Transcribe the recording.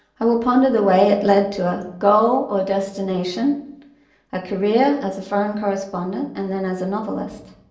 i will ponder the way it led to a goal or destination a career as a foreign correspondent and then as a novelist.